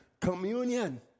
Communion